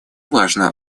важной